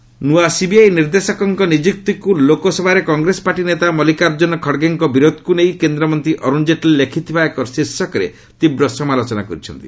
ଜେଟଲୀ ଖଡ୍ଗେ ନ୍ନଆ ସିବିଆଇ ନିର୍ଦ୍ଦେଶକଙ୍କ ନିଯୁକ୍ତିକୁ ଲୋକସଭାରେ କଂଗ୍ରେସ ପାର୍ଟି ନେତା ମଲ୍ଲିକାର୍ଜୁନ ଖଡ୍ଗେଙ୍କ ବିରୋଧକୁ ନେଇ କେନ୍ଦ୍ରମନ୍ତ୍ରୀ ଅରୁଣ ଜେଟଲୀ ଲେଖିଥିବା ଏକ ଶୀର୍ଷକରେ ତୀବ୍ର ସମାଲୋଚନା କରିଛନ୍ତି